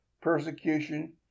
persecution